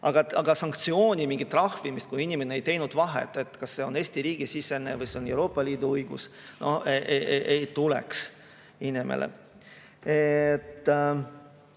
Aga sanktsiooni, mingit trahvimist, kui inimene ei teinud vahet, kas tegu on Eesti riigi sisese või Euroopa Liidu õigusega, ei tuleks.